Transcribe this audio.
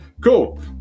Cool